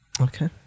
Okay